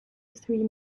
three